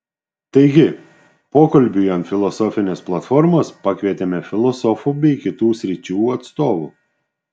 taigi pokalbiui ant filosofinės platformos pakvietėme filosofų bei kitų sričių atstovų